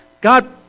God